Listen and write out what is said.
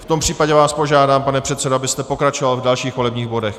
V tom případě vás požádám, pane předsedo, abyste pokračoval v dalších volebních bodech.